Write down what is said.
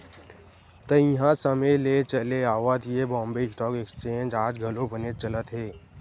तइहा समे ले चले आवत ये बॉम्बे स्टॉक एक्सचेंज आज घलो बनेच चलत हे